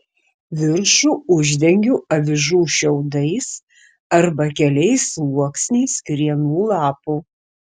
viršų uždengiu avižų šiaudais arba keliais sluoksniais krienų lapų